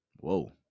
Whoa